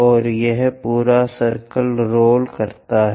और यह पूरा सर्कल रोल करता है